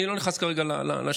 אני לא נכנס כרגע לשיקולים.